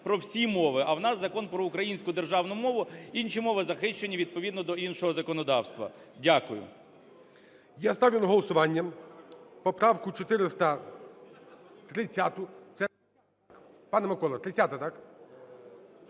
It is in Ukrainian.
про всі мови, а в нас Закон про українську державну мову. Інші мови захищені відповідно до іншого законодавства. Дякую. ГОЛОВУЮЧИЙ. Я ставлю на голосування поправку 430, це… Пане Микола, 30-а, так?